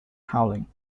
howling